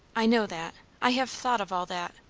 i know that. i have thought of all that.